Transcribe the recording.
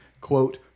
Quote